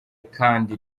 kandi